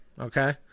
okay